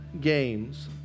games